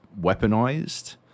Weaponized